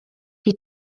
die